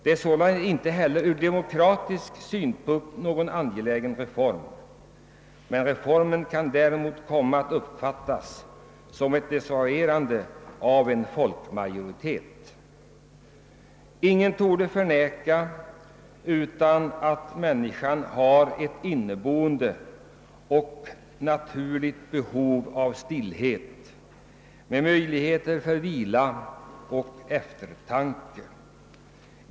Det är sålunda inte heller från demokratisk synpunkt någon angelägen reform. Däremot kan reformen komma att uppfattas som ett desavouerande av en folkmajoritet. Ingen torde förneka att människan har ett inneboende och naturligt behov av stillhet med möjlighet till vila och eftertanke.